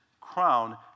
crown